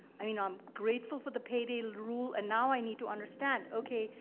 i mean, i'm grateful for the payday rule, and now i need to understand, okay,